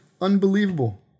unbelievable